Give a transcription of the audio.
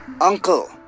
Uncle